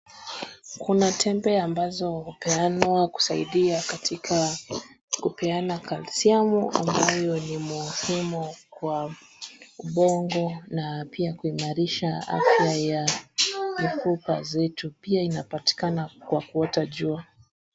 Kuna tembe ambazo hupeanwa kusaidia katika kupeana kalisiamu ambayo ni muhimu kwa ubongo na pia kuimarisha afya ya mifupa zetu ,pia inapatikana kwa kuota jua.